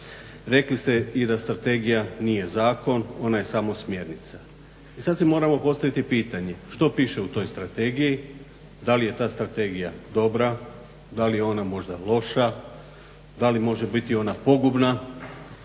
Rekli ste i da strategija nije zakon, ona je samo smjernica. I sad si moramo postaviti pitanje što piše u toj strategiji, da li je ta strategija dobra, da li je ona možda loša, da li može biti ona pogubna,